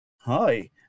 hi